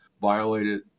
violated